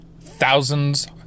thousands